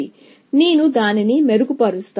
కాబట్టి నేను దానిని మెరుగుపరుస్తాను